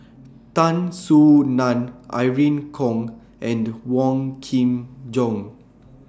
Tan Soo NAN Irene Khong and Wong Kin Jong